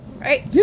Right